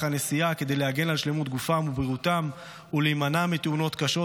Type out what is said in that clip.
הנסיעה כדי להגן על שלמות גופם ובריאותם ולהימנע מתאונות קשות,